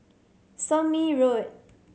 Somme Road